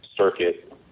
circuit